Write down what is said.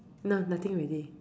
no nothing already